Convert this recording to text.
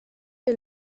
est